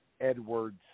Edwards